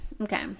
Okay